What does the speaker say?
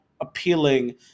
appealing